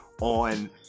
on